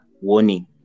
warning